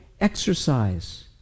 exercise